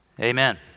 amen